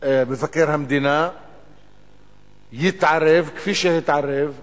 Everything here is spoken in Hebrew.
שמבקר המדינה יתערב, כפי שהתערב בזמנו,